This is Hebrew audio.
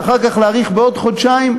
ואחר כך להאריך בעוד חודשיים.